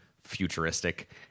futuristic